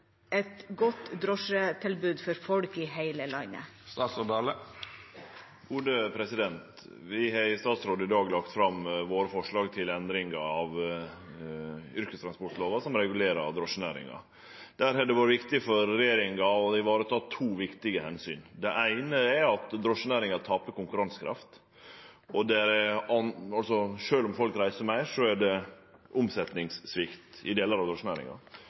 godt drosjetilbud for folk i hele landet?» Vi har i statsråd lagt fram våre forslag til endringar av yrkestransportlova, som regulerer drosjenæringa. Der har det vore viktig for regjeringa å vareta to viktige omsyn: Det eine er at drosjenæringa taper konkurransekraft. Sjølv om folk reiser meir, er det omsetningssvikt i deler av